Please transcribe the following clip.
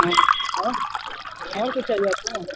हाँ हाँ और कुछ चाहिए आपको